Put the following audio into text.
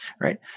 right